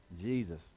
Jesus